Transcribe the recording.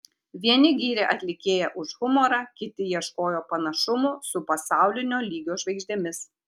vieni gyrė atlikėją už humorą kiti ieškojo panašumų su pasaulinio lygio žvaigždėmis